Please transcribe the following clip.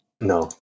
No